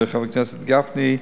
חבר הכנסת גפני,